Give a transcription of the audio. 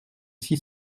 six